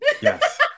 Yes